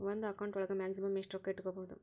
ಒಂದು ಅಕೌಂಟ್ ಒಳಗ ಮ್ಯಾಕ್ಸಿಮಮ್ ಎಷ್ಟು ರೊಕ್ಕ ಇಟ್ಕೋಬಹುದು?